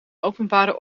openbare